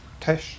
Tesh